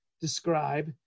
describe